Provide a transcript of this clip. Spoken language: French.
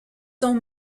sont